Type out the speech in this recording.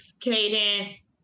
cadence